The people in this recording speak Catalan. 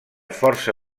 força